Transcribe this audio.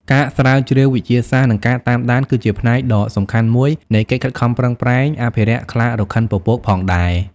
ការស្រាវជ្រាវវិទ្យាសាស្ត្រ និងការតាមដាន គឺជាផ្នែកដ៏សំខាន់មួយនៃកិច្ចខិតខំប្រឹងប្រែងអភិរក្សខ្លារខិនពពកផងដែរ។